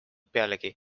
pealegi